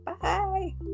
Bye